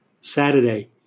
Saturday